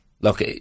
Look